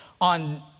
on